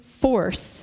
force